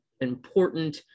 important